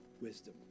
wisdom